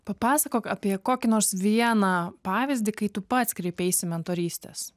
papasakok apie kokį nors vieną pavyzdį kai tu pats kreipeisi mentorystės